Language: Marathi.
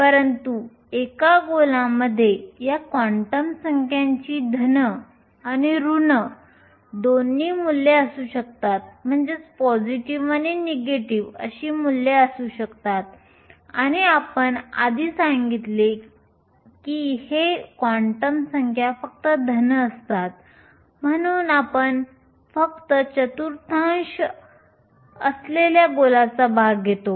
परंतु एका गोलामध्ये या क्वांटम संख्यांची धन आणि ऋण दोन्ही मूल्ये असू शकतात आणि आपण आधी सांगितले की हे क्वांटम संख्या फक्त धन असतात म्हणून आपण फक्त चतुर्थांशात असलेल्या गोलाचा भाग घेतो